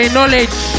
Knowledge